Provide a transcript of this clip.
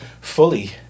fully